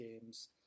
games